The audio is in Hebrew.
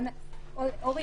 אורי